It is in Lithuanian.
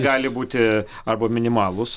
gali būti arba minimalūs